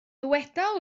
dyweda